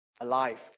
alive